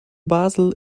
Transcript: basel